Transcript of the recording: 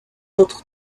autres